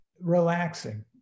relaxing